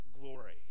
glory